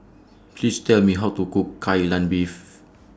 Please Tell Me How to Cook Kai Lan Beef